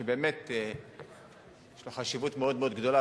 שבאמת יש לו חשיבות מאוד מאוד גדולה,